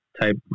type